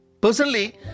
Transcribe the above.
Personally